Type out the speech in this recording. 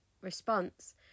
response